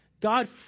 God